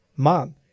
Mom